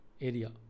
area